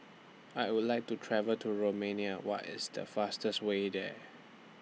I Would like to travel to Romania What IS The fastest Way There